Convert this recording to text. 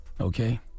okay